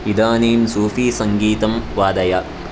इदानीं सूफी सङ्गीतं वादय